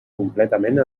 completament